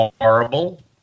horrible